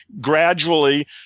gradually